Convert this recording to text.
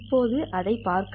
இப்போது அதைப் பார்க்க